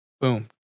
Boom